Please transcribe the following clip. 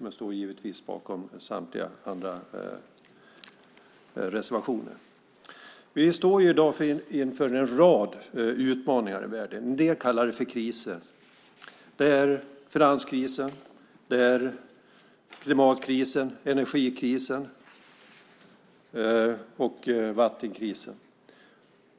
Men jag står givetvis bakom samtliga andra reservationer. Vi står i dag inför en rad utmaningar i världen. En del kallar det för kriser. Det är finanskrisen, klimatkrisen, energikrisen och vattenkrisen.